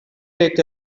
take